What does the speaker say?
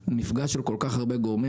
המפגש של כל כך הרבה גורמים,